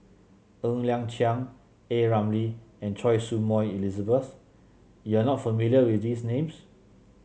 Ng Liang Chiang A Ramli and Choy Su Moi Elizabeth you are not familiar with these names